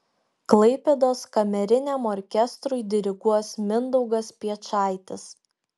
klaipėdos kameriniam orkestrui diriguos mindaugas piečaitis